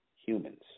humans